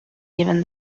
even